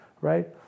right